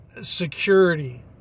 security